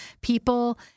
People